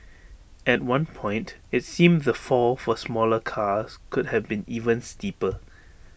at one point IT seemed the fall for smaller cars could have been even steeper